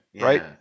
right